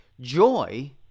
joy